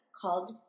called